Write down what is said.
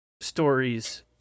stories